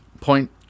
point